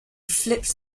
flips